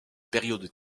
période